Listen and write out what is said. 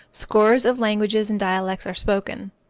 scores of languages and dialects are spoken.